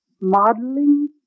Modeling